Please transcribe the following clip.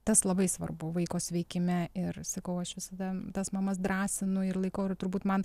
tas labai svarbu vaiko sveikime ir sakau aš visada tas mamas drąsinu ir laikau ir turbūt man